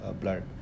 blood